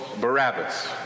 Barabbas